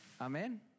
Amen